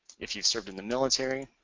if you served in the military.